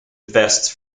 vests